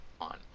on